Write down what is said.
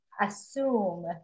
assume